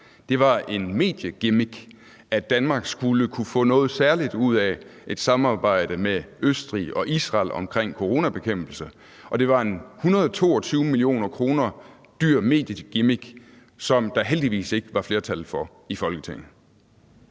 Det var et mediegimmick, at Danmark skulle kunne få noget særligt ud af et samarbejde med Østrig og Israel omkring coronabekæmpelse, og det var en 122 mio. kr. dyr mediegimmick, som der heldigvis ikke var flertal for i Folketinget.